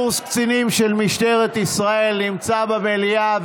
קורס קצינים של משטרת ישראל נמצא במליאה.